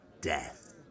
Death